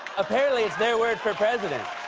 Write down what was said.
apparently, it's their word for president.